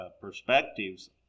perspectives